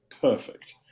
perfect